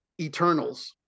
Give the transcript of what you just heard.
Eternals